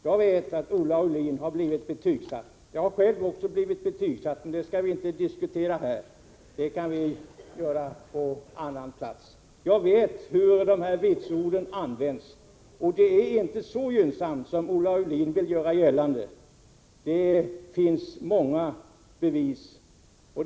Jag vet att Olle Aulin har blivit betygsatt, och det har jag själv också blivit. Det skall emellertid inte diskuteras här, utan det kan vi göra på annan plats. Jag vet hur dessa vitsord används, och det är inte så gynnsamt som Olle Aulin vill göra gällande. Det finns många bevis på det.